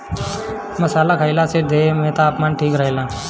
मसाला खईला से देह में तापमान ठीक रहेला